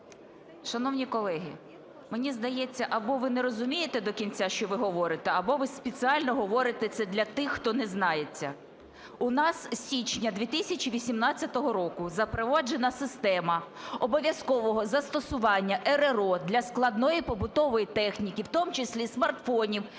Шановні колеги, мені здається, або ви не розумієте до кінця, що ви говорите, або ви спеціально говорите це для тих, хто не знає це. У нас з січня 2018 року запроваджена система обов'язкового застосування РРО для складної побутової техніки, в тому числі смартфонів